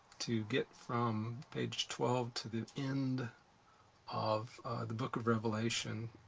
to get from page twelve to the end of the book of revelation.